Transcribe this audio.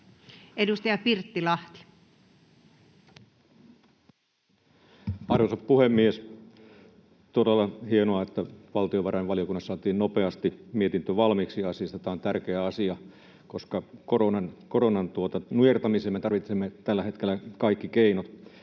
10:17 Content: Arvoisa puhemies! Todella hienoa, että valtiovarainvaliokunnassa saatiin nopeasti mietintö valmiiksi asiasta. Tämä on tärkeä asia, koska koronan nujertamiseen me tarvitsemme tällä hetkellä kaikki keinot.